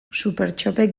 supertxopek